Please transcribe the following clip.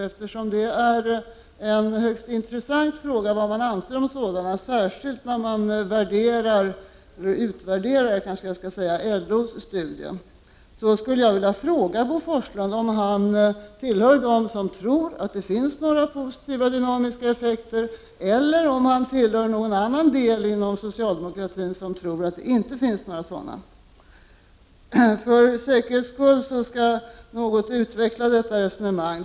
Eftersom det är en högst intressant fråga vad man anser om sådana, särskilt när man utvärderar LO:s studie, skulle jag vilja fråga Bo Forslund om han tillhör dem som tror att det finns några positiva dynamiska effekter eller om han tillhör någon annan del inom socialdemokratin, som tror att det inte finns några sådana. För säkerhets skull vill jag något utveckla detta resonemang.